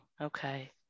okay